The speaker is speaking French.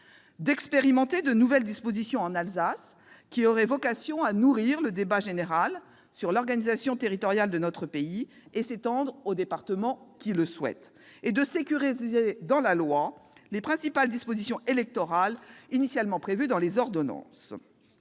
d'expérimenter de nouvelles dispositions en Alsace qui auraient vocation à nourrir le débat général sur l'organisation territoriale de notre pays et à s'étendre aux départements qui le souhaitent et de sécuriser, dans la loi, les dispositions électorales initialement prévues par ordonnance.